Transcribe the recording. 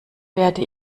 werde